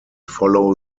follow